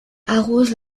arrose